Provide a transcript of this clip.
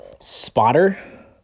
spotter